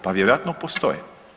Pa vjerojatno postoji.